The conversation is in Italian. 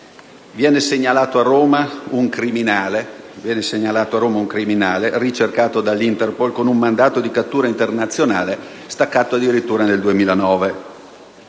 Viene segnalato a Roma un criminale, ricercato dall'Interpol con un mandato di cattura internazionale emesso addirittura nel 2009.